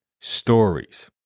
stories